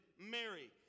Mary